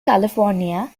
california